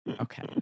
Okay